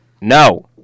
No